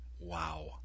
Wow